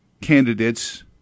candidates